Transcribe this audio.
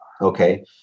Okay